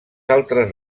altres